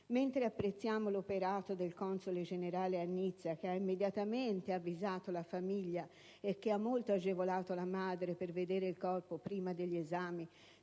Mentre apprezziamo l'operato del console generale a Nizza, che ha immediatamente avvisato la famiglia e che ha molto agevolato la madre nel tentativo di vedere il corpo prima degli esami